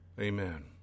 Amen